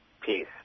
peace